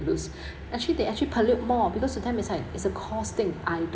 loose actually they actually pollute more because to them its a cost thing I don't